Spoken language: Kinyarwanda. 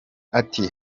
ati